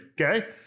okay